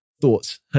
thoughts